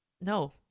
no